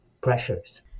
pressures